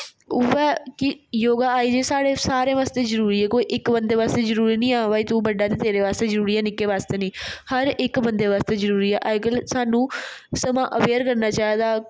उ'यै कि योगा आई जाइयै साढ़े सारें आस्तै जरुरी ऐ कोई इक बंदा आस्तै जरुरी नेईं ऐ कि हां भाई कि तूं बड्डा ते तेरे आस्तै जरुरी ऐ निक्के आस्तै नेईं हर इक बंदा बास्तै जरुरी ऐ अजकल्ल सानू समांह् अवेयर करना चाहिदा